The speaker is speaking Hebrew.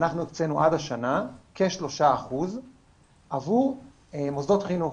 אנחנו הקצינו עד השנה כ-3% עבור מוסדות חינוך,